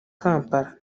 kampala